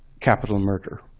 capital murder.